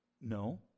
No